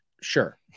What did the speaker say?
sure